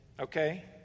okay